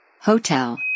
Hotel